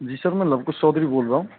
जी sir मैं लवकुश चौधरी बोल रहा हूँ